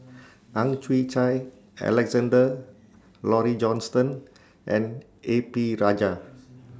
Ang Chwee Chai Alexander Laurie Johnston and A P Rajah